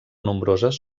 nombroses